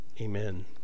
Amen